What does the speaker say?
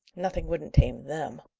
nothing wouldn't tame them.